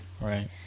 right